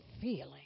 feeling